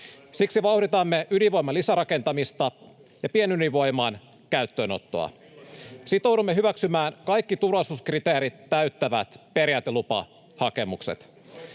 Siksi vauhditamme ydinvoiman lisärakentamista ja pienydinvoiman käyttöönottoa. [Timo Harakka: Milloin tulee ydinvoimala?] Sitoudumme hyväksymään kaikki turvallisuuskriteerit täyttävät periaatelupahakemukset.